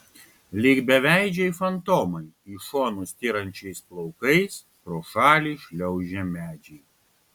lyg beveidžiai fantomai į šonus styrančiais plaukais pro šalį šliaužė medžiai